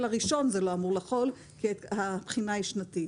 הראשון זה לא אמור לחול כי הבחינה היא שנתית?